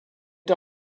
der